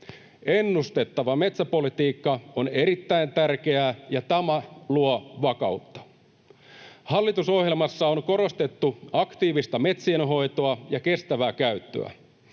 Ennustettava metsäpolitiikka on erittäin tärkeää, ja tämä luo vakautta. Hallitusohjelmassa on korostettu metsien aktiivista hoitoa ja kestävää käyttöä.